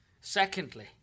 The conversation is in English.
Secondly